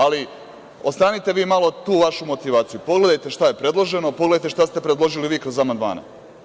Ali, odstranite vi malo tu vašu motivaciju, pogledajte šta je predloženo, pogledajte šta ste predložili vi kroz amandmane.